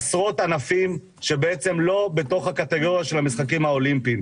בעשרות ענפים שלא בתוך הקטגוריה של המשחקים האולימפיים.